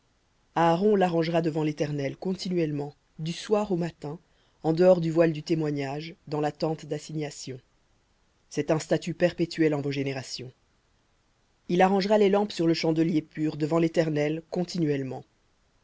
aaron l'arrangera devant l'éternel continuellement du soir au matin en dehors du voile du témoignage dans la tente d'assignation un statut perpétuel en vos générations il arrangera les lampes sur le chandelier pur devant l'éternel continuellement